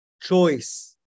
choice